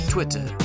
Twitter